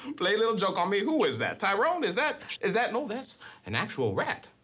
play a little joke on me. who is that? tyrone, is that is that? no, that's an actual rat.